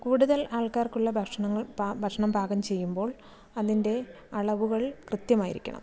കൂടുതൽ ആൾക്കാർക്കുള്ള ഭക്ഷണങ്ങൾ പാ ഭക്ഷണം പാകം ചെയ്യുമ്പോൾ അതിൻ്റെ അളവുകൾ കൃത്യമായിരിക്കണം